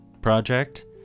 project